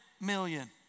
million